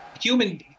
human